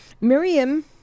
Miriam